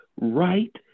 right